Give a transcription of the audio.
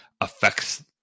affects